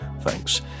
Thanks